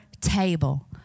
table